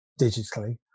digitally